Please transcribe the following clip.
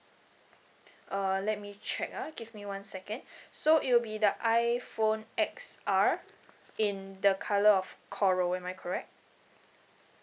uh let me check ah give me one second so it will be the iphone X R in the colour of coral am I correct